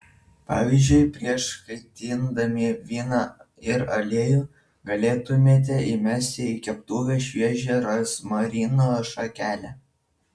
pavyzdžiui prieš kaitindami vyną ir aliejų galėtumėte įmesti į keptuvę šviežią rozmarino šakelę